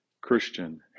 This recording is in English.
Christian